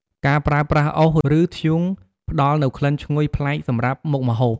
ការប្រើប្រាស់អុស ឬធ្យូង ផ្ដល់នូវក្លិនឈ្ងុយប្លែកសម្រាប់មុខម្ហូប។